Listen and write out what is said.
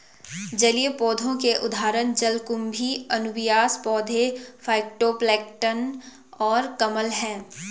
जलीय पौधों के उदाहरण जलकुंभी, अनुबियास पौधे, फाइटोप्लैंक्टन और कमल हैं